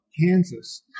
Kansas